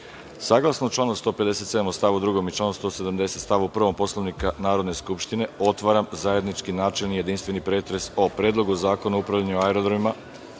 članu 157. stav 2. i članu 170. stav 1. Poslovnika Narodne skupštine otvaram zajednički, načelni, jedinstveni pretres o: Predlogu zakona o upravljanju aerodromima;